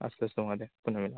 अस्तु अस्तु महोदय पुनर्मिलामः